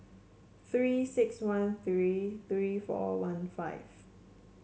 Three six one three three four one five